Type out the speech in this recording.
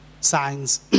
signs